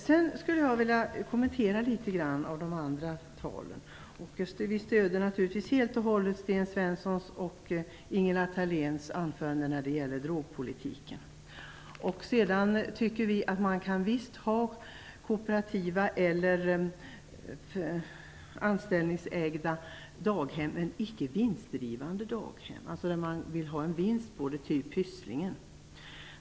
Sedan vill jag kommentera även de andra inläggen. Vi ställer oss naturligtvis helt och hållet bakom Sten Svenssons och Ingela Thaléns anföranden när det gäller drogpolitiken. Vi tycker att man visst kan ha kooperativa eller anställdägda daghem, men inte i vinstsyfte, typ Pysslingen.